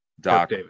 Doc